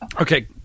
Okay